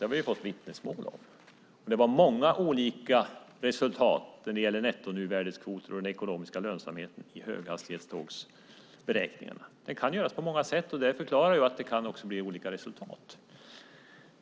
Det har vi ju fått vittnesmål om. Det var många olika resultat när det gäller nettonuvärdeskvoter och den ekonomiska lönsamheten i höghastighetstågsberäkningarna. Det kan göras på många sätt, och det förklarar också att det kan bli olika resultat.